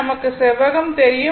நமக்கு செவ்வகம் தெரியும்